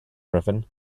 gryphon